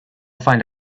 find